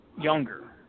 younger